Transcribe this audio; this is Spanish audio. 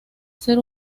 ser